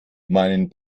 meinen